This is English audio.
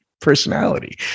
personality